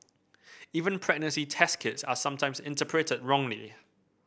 even pregnancy test kits are sometimes interpreted wrongly